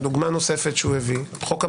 דוגמה נוספת שהביא - חוק המרכולים,